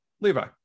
Levi